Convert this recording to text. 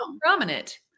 prominent